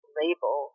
label